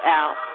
out